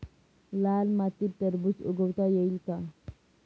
लाल मातीत टरबूज उगवता येईल का?